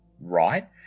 right